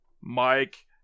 Mike